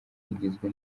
rigizwe